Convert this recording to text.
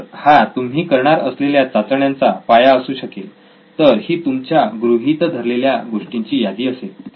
तर हा तुम्ही करणार असलेल्या चाचण्यांचा पाया असू शकेल तर ही तुमच्या गृहीत धरलेल्या गोष्टींची यादी असेल